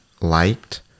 liked